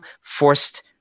forced